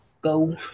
go